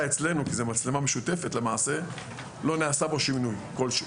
אצלנו כי זו למעשה מצלמה משותפת לא נעשה בו שינוי כלשהו.